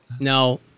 No